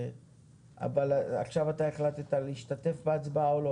אבל עכשיו אתה החלטת להשתתף בהצבעה או לא?